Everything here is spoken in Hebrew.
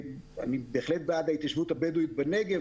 אני בהחלט בעד ההתיישבות הבדואית בנגב,